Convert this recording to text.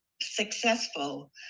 successful